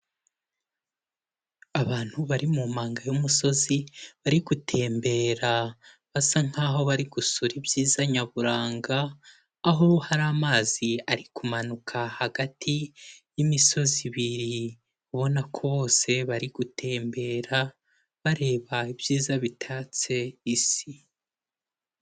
Abantu bari mu mpanga y'umusozi bari gutembera, basa nkaho bari gusura ibyiza nyaburanga, aho hari amazi ari kumanuka hagati yimisozi ibiri, ubona ko bose bari gutembera bareba ibyiza bitatse Isi.